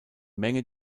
menge